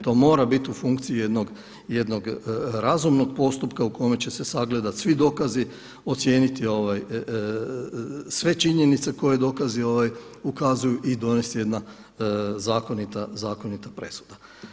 To mora biti u funkciji jednog razumnog postupka u kome će se sagledati svi dokazi, ocijeniti sve činjenice koje dokazi ukazuju i donesti jedna zakonita presuda.